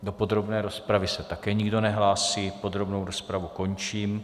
Do podrobné rozpravy se také nikdo nehlásí, podrobnou rozpravu končím.